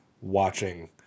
watching